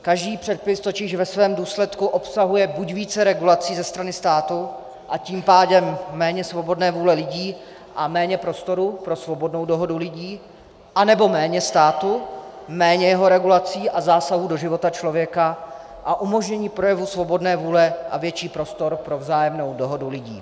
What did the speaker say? Každý předpis totiž ve svém důsledku obsahuje buď více regulací ze strany státu, a tím pádem méně svobodné vůle lidí a méně prostoru pro svobodnou dohodu lidí, anebo méně státu, méně jeho regulací a zásahů do života člověka a umožnění projevů svobodné vůle a větší prostor pro vzájemnou dohodu lidí.